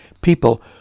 People